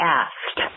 asked